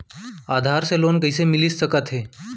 आधार से लोन कइसे मिलिस सकथे?